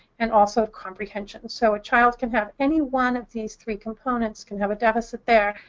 and also comprehension. so a child can have any one of these three components, can have a deficit there,